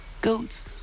goats